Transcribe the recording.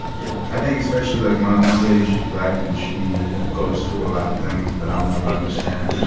yeah i think, especially, like, my my lady she's black, and she goes through a lot of things that i'll never understand